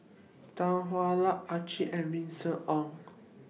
Tan Hwa Luck Harichandra and Vincent Cheng